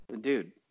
dude